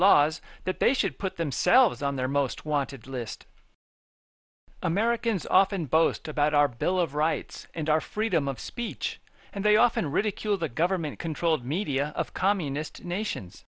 laws that they should put themselves on their most wanted list americans often boast about our bill of rights and our freedom of speech and they often ridicule the government controlled media of communist nations